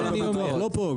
זה לא כל